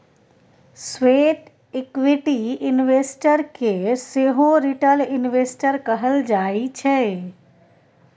sweat equity investor केँ सेहो retail investor कहल जाइ छै